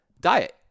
diet